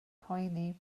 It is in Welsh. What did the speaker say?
poeni